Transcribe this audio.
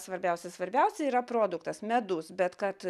svarbiausia svarbiausia yra produktas medus bet kad